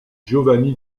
giovanni